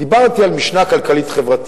דיברתי על משנה כלכלית-חברתית,